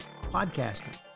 podcasting